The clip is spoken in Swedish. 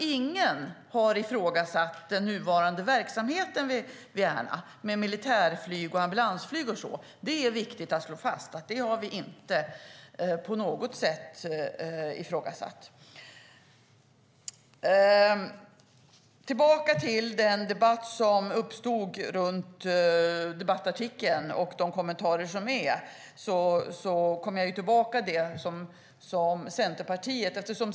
Ingen har ifrågasatt den nuvarande verksamheten vid Ärna med militärflyg och ambulansflyg, miljöministern. Det är viktigt att slå fast att vi inte på något sätt har ifrågasatt det. Jag går tillbaka till den debatt som uppstod om debattartikeln och de kommentarer som gjordes.